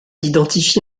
identifié